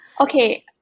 Okay